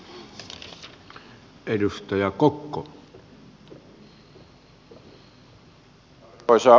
arvoisa puhemies